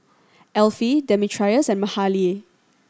Elfie Demetrios and Mahalie